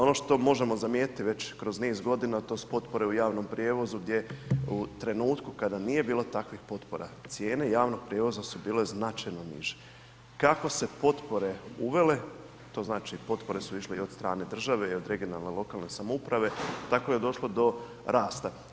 Ono što možemo zamijetiti već kroz niz godina to su potpore u javnom prijevozu gdje u trenutku kada nije bilo takvih potpora, cijene javnog prijevoza su bile značajno niže, kako se potpore uvele, to znači potpore su išle i od strane države i od regionalne i lokalne samouprave, tako je došlo do rasta.